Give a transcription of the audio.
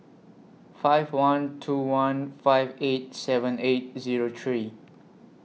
five one two one five eight seven eight Zero three